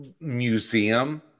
museum